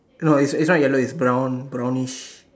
no it's it's not yellow it's brownish